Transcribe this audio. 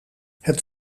het